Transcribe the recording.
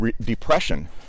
depression